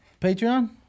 Patreon